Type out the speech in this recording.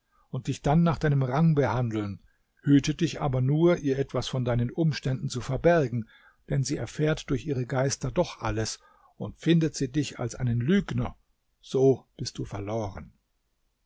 und dich dann nach deinem rang behandeln hüte dich aber nur ihr etwas von deinen umständen zu verbergen denn sie erfährt durch ihre geister doch alles und findet sie dich als einen lügner so bist du verloren